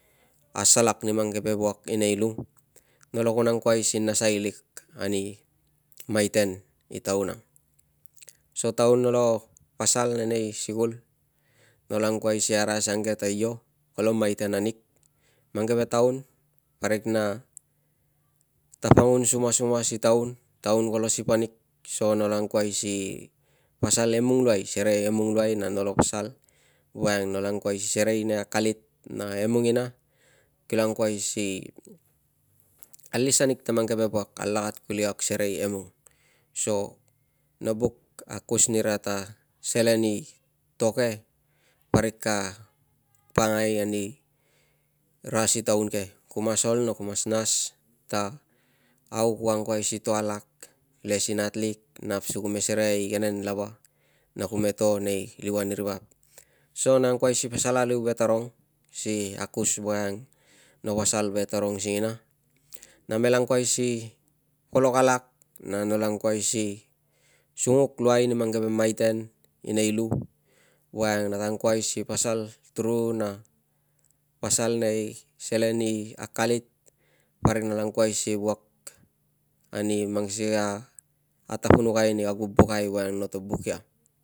Asalak ta mang keve wuak i nei lu, nolo kun angkuai si nasai lik ani maiten i taun ang. So taun nolo pasal ane nei sikul, nolo angkuai si arai asukang ke ta io, kolo maiten anig. Mang keve taun parik na tapangun sumasuma si taun, taun kolo sip anig so no angkuai si pasal e mung luai, serei emung luai na nolo pasal, voiang nolo anguai si serei nei akalit na emung ina kilo angkuai si alis anig ta mang keve wuak alakat kuli kag serei emung. So no buk akus nira ta selen i to ke parik ka pakangai anira si taun ke. Ku mas ol na ku mas nas ta how ku angkuai si to alak le si natlik nap si ku me serei a igenen lava na ku me to nei liuan i ri vap. So na angkuai si pasal aliu ve tarong si akus voiang no pasal ve tarong singina, namela angkuai si polok alak na nala angkuai si sunguk luai ni mang keve maiten i nei lu voiang nata angkuai si pasal tru na pasal nei selen i akalit, parik nata angkuai si wuak ani mang sikei atapunukai ani kag vubukai voiang noto buk ia